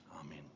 Amen